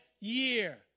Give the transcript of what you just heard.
year